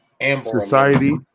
society